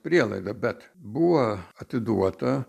prielaida bet buvo atiduota